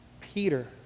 Peter